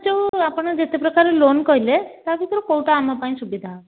ଯେଉଁ ଆପଣ ଯେତେ ପ୍ରକାର ଲୋନ୍ କହିଲେ ତା ଭିତରୁ କେଉଁଟା ଆମ ପାଇଁ ସୁବିଧା